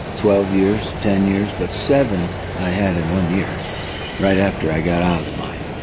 twelve years, ten years. but seven i had in one year right after i got out of the mine.